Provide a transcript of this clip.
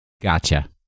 Gotcha